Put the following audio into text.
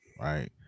right